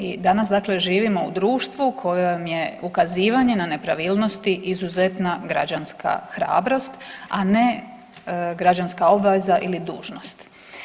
I danas, dakle živimo u društvu u kojem je ukazivanje na nepravilnosti izuzetna građanska hrabrost, a ne građanska obaveza ili dužnost.